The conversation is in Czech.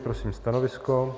Prosím stanovisko.